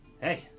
hey